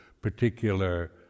particular